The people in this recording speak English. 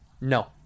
No